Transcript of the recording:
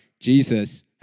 Jesus